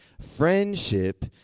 Friendship